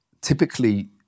typically